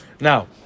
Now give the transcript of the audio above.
Now